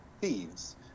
thieves